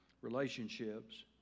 Relationships